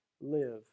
live